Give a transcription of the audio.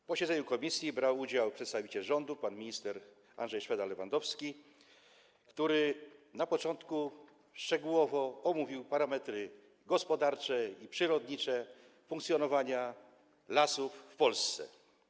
W posiedzeniu komisji brał udział przedstawiciel rządu pan minister Andrzej Szweda-Lewandowski, który na początku szczegółowo omówił parametry gospodarcze i przyrodnicze funkcjonowania lasów w Polsce.